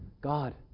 God